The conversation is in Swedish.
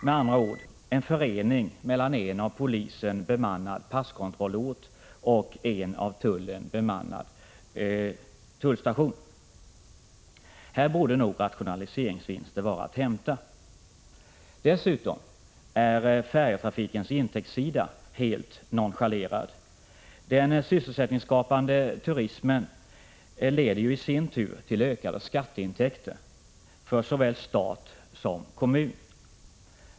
Med andra ord: en förening mellan en av polisen bemannad passkontrollort och en av tullen bemannad tullstation. Här borde nog rationaliseringsvinster kunna hämtas. Dessutom är färjetrafikens intäktsida helt nonchalerad. Den sysselsättningsskapande turismen leder ju i sin tur till ökade skatteintäkter för såväl stat som kommun.